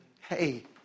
Hey